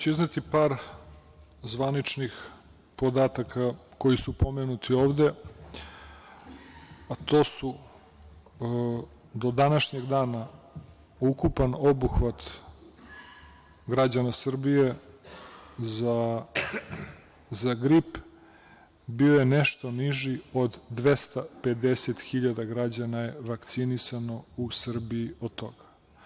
Izneću par zvaničnih podataka koji su pomenuti ovde, a to su, do današnjeg dana ukupan obuhvat građana Srbije za grip bio je nešto niži, od 250.000 građana je vakcinisano u Srbiji od toga.